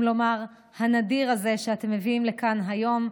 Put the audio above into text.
אם לומר, הנדיר הזה, שאתם מביאים לכאן היום.